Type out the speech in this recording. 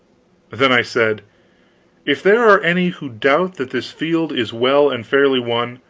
then i said if there are any who doubt that this field is well and fairly won,